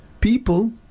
people